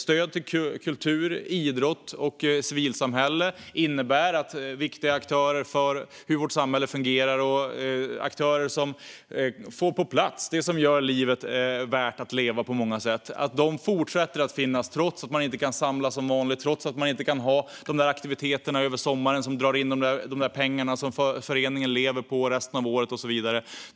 Stöd till kultur, idrott och civilsamhälle innebär att aktörer som är viktiga för hur vårt samhälle fungerar och aktörer som får på plats det som på många sätt gör livet värt att leva fortsätter att finnas, trots att man inte kan samlas som vanligt, trots att man inte kan genomföra de sommaraktiviteter som drar in de pengar som föreningen lever på resten av året och så vidare.